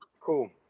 Cool